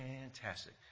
fantastic